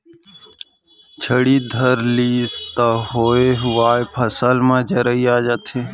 झड़ी धर लिस त होए हुवाय फसल म जरई आ जाथे